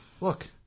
Look